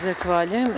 Zahvaljujem.